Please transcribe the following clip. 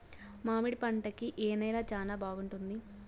మామిడి పంట కి ఏ నేల చానా బాగుంటుంది